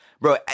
Bro